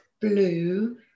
blue